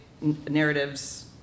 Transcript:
narratives